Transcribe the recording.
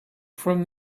from